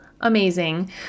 amazing